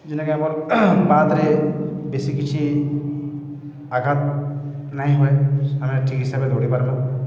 ଯେନ୍ଟାକି ଆମର୍ ପାଦ୍ରେ ବେଶୀ କିଛି ଆଘାତ୍ ନାଇଁ ହୁଏ ଆମେ ଠିକ୍ ହିସାବରେ ଦୌଡ଼ି ପାର୍ମା